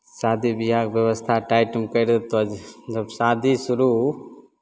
शादी ब्याहके व्यवस्था टाइटमे कए देतौ मतलब शादी शुरू